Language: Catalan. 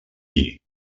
lli